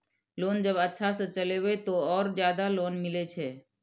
Loan जब अच्छा से चलेबे तो और ज्यादा लोन मिले छै?